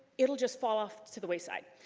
it'll just fall off to the wayside,